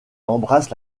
embrasse